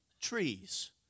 trees